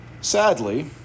Sadly